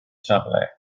safle